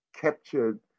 captured